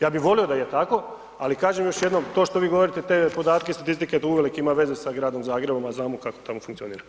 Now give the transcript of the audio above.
Ja bih volio da je tako, ali kažem još jednom, to što vi govorite te podatke, statistike, to uvelike ima veze sa Gradom Zagrebom, a znamo kako tamo funkcionira.